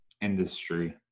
industry